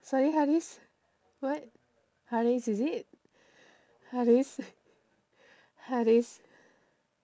sorry haris what haris is it haris haris